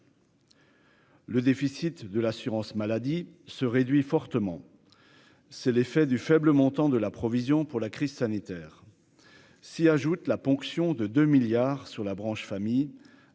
Le déficit de l'assurance maladie se réduit fortement, c'est l'effet du faible montant de la provision pour la crise sanitaire s'y ajoute la ponction de 2 milliards sur la branche famille